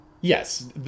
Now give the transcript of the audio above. Yes